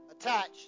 attached